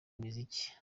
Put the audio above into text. imiziki